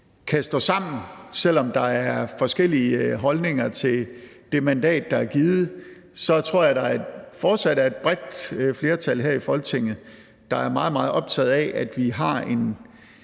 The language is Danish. kan stå sammen. Selv om der er forskellige holdninger til det mandat, der er givet, så tror jeg, der fortsat er et bredt flertal her i Folketinget, der er meget, meget optaget af, at vi har en